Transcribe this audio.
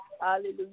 Hallelujah